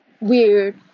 weird